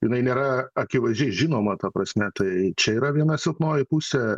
jinai nėra akivaizdžiai žinoma ta prasme tai čia yra viena silpnoji pusė